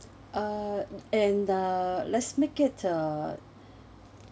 uh and uh let's make it a